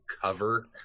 cover